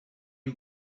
you